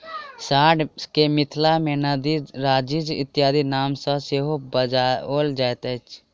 साँढ़ के मिथिला मे नंदी, राजाजी इत्यादिक नाम सॅ सेहो बजाओल जाइत छै